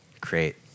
create